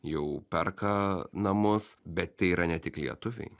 jau perka namus bet tai yra ne tik lietuviai